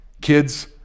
Kids